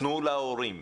תנו להורים,